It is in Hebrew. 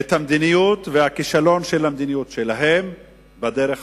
את המדיניות והכישלון של המדיניות שלהם בדרך הפוכה.